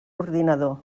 ordinador